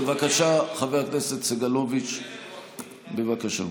בבקשה, חבר הכנסת סגלוביץ', בבקשה.